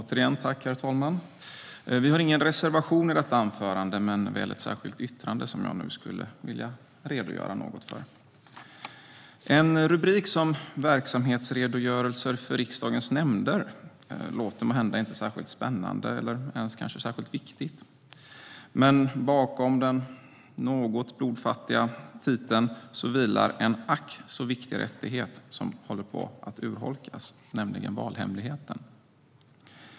Herr talman! Vi har ingen reservation i detta betänkande men väl ett särskilt yttrande, som jag nu skulle vilja redogöra något för. En rubrik som "Verksamhetsredogörelser för riksdagens nämnder" låter måhända inte särskilt spännande eller ens kanske särskilt viktigt. Men bakom den något blodfattiga rubriken finns en ack så viktig rättighet som håller på att urholkas, nämligen valhemligheten.